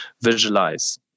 visualize